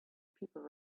people